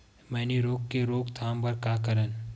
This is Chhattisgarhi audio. मैनी रोग के रोक थाम बर का करन?